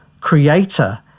creator